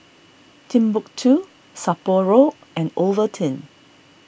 Timbuk two Sapporo and Ovaltine